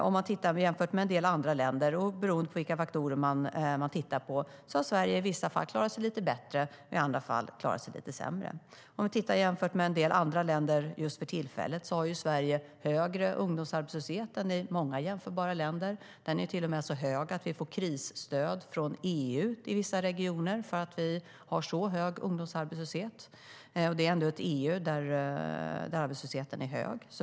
Om man jämför med en del andra länder och beroende på vilka faktorer man tittar på ser man att Sverige i vissa fall har klarat sig lite bättre och i andra fall lite sämre. Sverige har för tillfället högre ungdomsarbetslöshet än många jämförbara länder. Den är till och med så hög att vi får krisstöd från EU i vissa regioner, och det är ändå ett EU där arbetslösheten är hög.